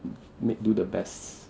make do the best